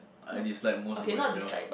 I dislike most about myself